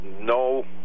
no